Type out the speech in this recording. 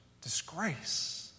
disgrace